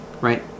Right